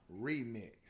Remix